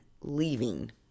leaving